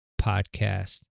Podcast